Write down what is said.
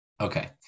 Okay